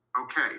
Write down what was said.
Okay